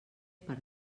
per